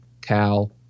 cal